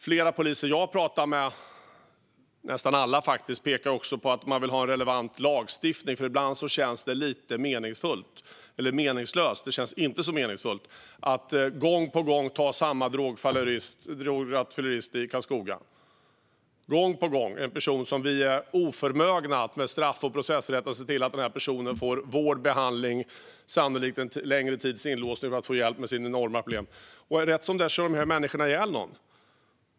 Flera poliser som jag har talat med - nästan alla, faktiskt - pekar också på att de vill ha en relevant lagstiftning, för ibland känns det inte så meningsfullt att gång på gång ta samma drograttfyllerist i Karlskoga. Vi är oförmögna att med straff och processrätten se till att denna person får vård och behandling och sannolikt en längre tids inlåsning för att få hjälp med sina enorma problem. Rätt som det är kör en sådan människa ihjäl någon.